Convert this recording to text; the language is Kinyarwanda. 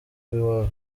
b’iwabo